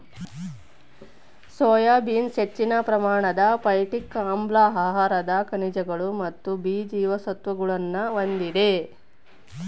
soya beans ಹೆಚ್ಚಿನ ಪ್ರಮಾಣದ phytic ಆಮ್ಲ ಆಹಾರದ ಖನಿಜಗಳು ಮತ್ತು ಬಿ ಜೀವಸತ್ವಗುಳ್ನ ಹೊಂದಿದೆ